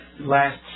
last